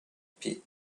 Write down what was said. pit